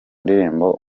ndirimbo